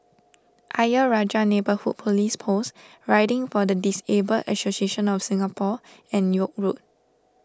Ayer Rajah Neighbourhood Police Post Riding for the Disabled Association of Singapore and York Road